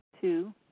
Two